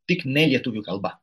tik ne lietuvių kalba